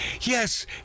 Yes